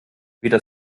weder